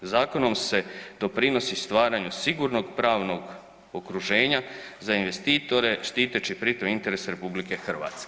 Zakonom se doprinosi stvaranju sigurnog pravnog okruženja za investitore štiteći pritom interese RH.